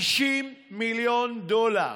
50 מיליון דולר.